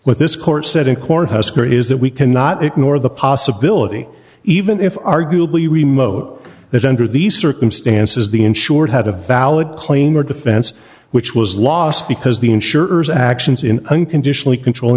cornhusker is that we cannot ignore the possibility even if arguably remote that under these circumstances the insured had a valid claim or defense which was lost because the insurers actions in unconditionally